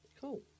Cool